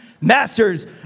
masters